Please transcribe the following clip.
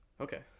Okay